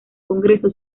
congreso